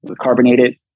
carbonated